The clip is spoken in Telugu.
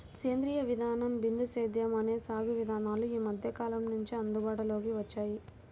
సేంద్రీయ విధానం, బిందు సేద్యం అనే సాగు విధానాలు ఈ మధ్యకాలం నుంచే అందుబాటులోకి వచ్చాయి